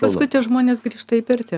paskui tie žmonės grįžta į pirtį